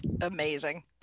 amazing